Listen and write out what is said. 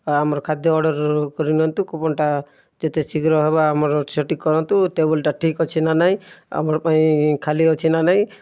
ଆମର ଖାଦ୍ୟ ଅର୍ଡ଼ର କରିନିଅନ୍ତୁ କୁପନ୍ଟା ଯେତେ ଶୀଘ୍ର ହବ ଆମର ସେଇଠି କରନ୍ତୁ ଟେବୁଲ୍ଟା ଠିକ ଅଛି କି ନାହିଁ ଆମର ପାଇଁ ଖାଲି ଅଛି ନା ନାହିଁ